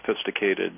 sophisticated